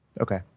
okay